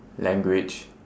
language